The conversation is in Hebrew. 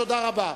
תודה רבה.